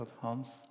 Hans